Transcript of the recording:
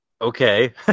Okay